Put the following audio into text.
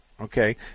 Okay